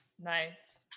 nice